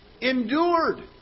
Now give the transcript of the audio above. Endured